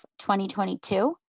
2022